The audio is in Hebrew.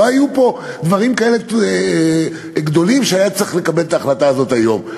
לא היו פה דברים כאלה גדולים שהיה צריך לקבל את ההחלטה הזאת היום.